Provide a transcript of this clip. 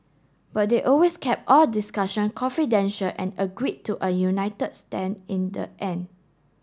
but they always kept all discussion confidential and agreed to a united stand in the end